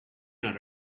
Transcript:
not